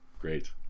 great